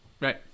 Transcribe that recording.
Right